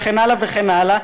וכן הלאה וכן הלאה,